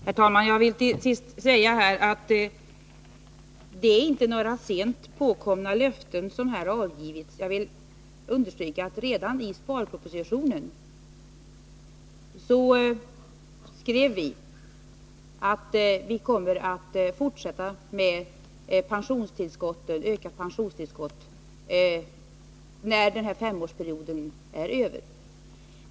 Herr talman! Jag vill till sist säga att det är inte några sent tillkomna löften som här avgivits. Jag vill understryka att redan i sparpropositionen skrev vi att vi kommer att fortsätta med ytterligare pensionstillskott, när den här femårsperioden är över.